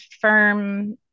firm